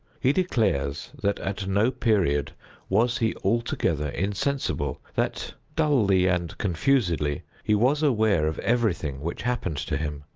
he declares that at no period was he altogether insensible that, dully and confusedly, he was aware of everything which happened to him,